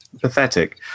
pathetic